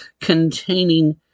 containing